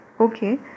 Okay